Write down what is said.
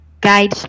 guide